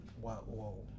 Whoa